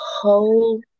whole